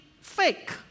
fake